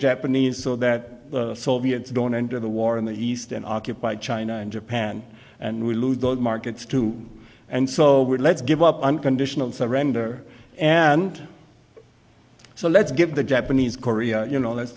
japanese so that you don't enter the war in the east and occupy china and japan and we lose those markets too and so let's give up unconditional surrender and so let's give the japanese korea you know